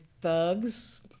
thugs